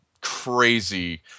crazy